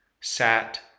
sat